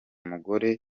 mugore